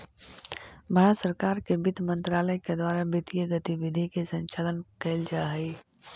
भारत सरकार के वित्त मंत्रालय के द्वारा वित्तीय गतिविधि के संचालन कैल जा हइ